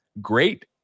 Great